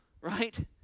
right